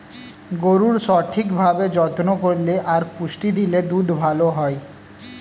গরুর সঠিক ভাবে যত্ন করলে আর পুষ্টি দিলে দুধ ভালো হয়